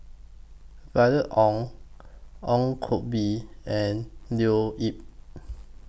Violet Oon Ong Koh Bee and Leo Yip